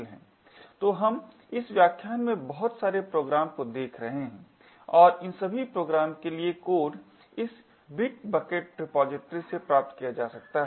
तो हम इस विशेष व्याख्यान में बहुत सारे प्रोग्राम को देख रहे हैं और इन सभी प्रोग्राम के लिए कोड इस बिटबकेट रिपॉजिटरी bitbucket repository से प्राप्त किया जा सकता है